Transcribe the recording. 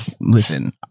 listen